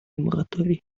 мораторий